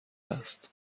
است